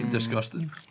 Disgusting